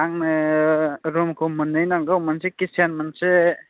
आंनो रुमखौ मोन्नै नांगौ मोनसे किटसेन मोनसे